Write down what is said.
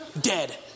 Dead